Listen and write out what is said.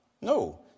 No